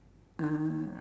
uh